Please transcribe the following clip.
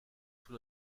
sous